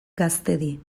gaztedi